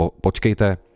počkejte